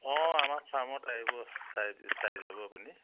অঁ আমাৰ ফাৰ্মত আহিব চাই চাই যাব আপুনি